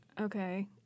Okay